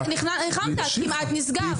היל"ה -- אני שמחה שנלחמת, זה כמעט נסגר.